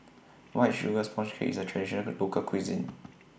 White Sugar Sponge Cake IS A Traditional Local Cuisine